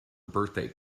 birthday